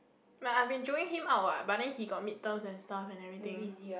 like I have been join him out what but then he got midterms and stuff and everything